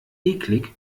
eklig